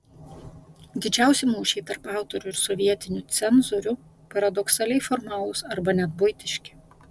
didžiausi mūšiai tarp autorių ir sovietinių cenzorių paradoksaliai formalūs arba net buitiški